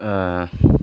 ओ